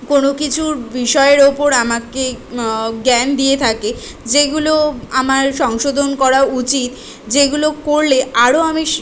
কোনো কিছুর বিষয়ের ওপর আমাকে জ্ঞান দিয়ে থাকে যেগুলো আমার সংশোধন করা উচিত যেগুলো করলে আরও আমিস